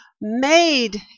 made